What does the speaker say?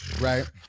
right